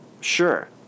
sure